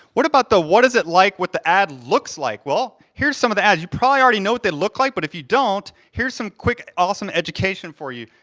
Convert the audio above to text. what about the what is it like, what the ad looks like? well, here's some of the ads. you probably already know what they look like, but if you don't, here's some quick awesome education for you.